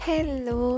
Hello